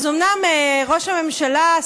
אז אומנם ראש הממשלה,